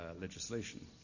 legislation